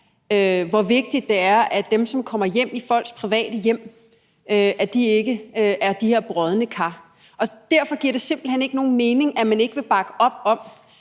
hvor vigtigt det er, at dem, som kommer hjem i folks private hjem, ikke er de her brodne kar. Derfor giver det simpelt hen ikke nogen mening, at man ikke vil bakke op om,